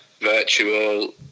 virtual